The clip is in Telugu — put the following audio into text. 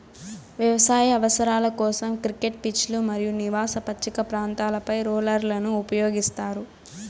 వ్యవసాయ అవసరాల కోసం, క్రికెట్ పిచ్లు మరియు నివాస పచ్చిక ప్రాంతాలపై రోలర్లను ఉపయోగిస్తారు